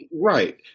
right